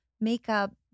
makeup